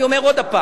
אני אומר שוב,